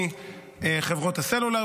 מחברות הסלולר,